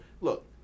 Look